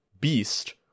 beast